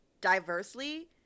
diversely